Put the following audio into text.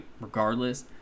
regardless